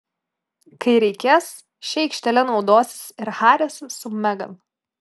kai reikės šia aikštele naudosis ir haris su megan